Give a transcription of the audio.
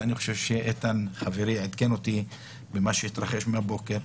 ואני חושב שאיתן חברי עדכן אותי במה שהתרחש מהבוקר,